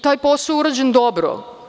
Taj posao je urađen dobro.